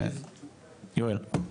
יואל.